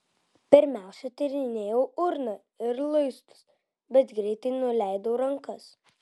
pirmiausia tyrinėjau urną ir luistus bet greitai nuleidau rankas